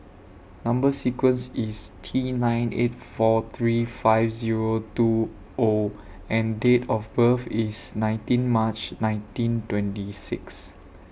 Number sequence IS T nine eight four three five Zero two O and Date of birth IS nineteen March nineteen twenty six